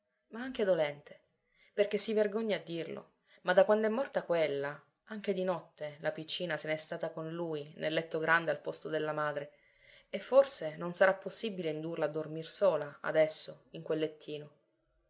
ma anche dolente perché si vergogna a dirlo ma da quand'è morta quella anche di notte la piccina se n'è stata con lui nel letto grande al posto della madre e forse non sarà possibile indurla a dormir sola adesso in quel lettino